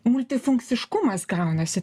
multifunkciškumas gaunasi